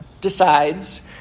decides